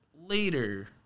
later